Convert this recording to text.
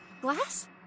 glass